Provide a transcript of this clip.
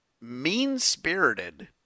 mean-spirited